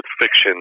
fiction